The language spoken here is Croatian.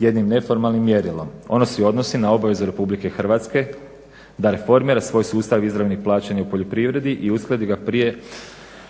jednim neformalnim mjerilom. Ono se odnosi na obavezu RH da reformira svoj sustav izravnih plaćanja u poljoprivredi i uskladi ga prije